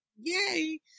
Yay